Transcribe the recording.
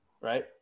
Right